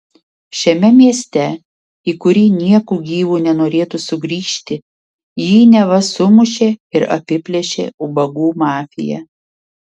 šiame mieste į kurį nieku gyvu nenorėtų sugrįžti jį neva sumušė ir apiplėšė ubagų mafija